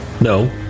No